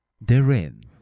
Therein